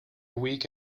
week